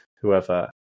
whoever